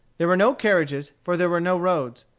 there were no carriages, for there were no roads.